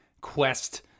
quest